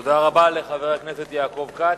תודה רבה לחבר הכנסת יעקב כץ.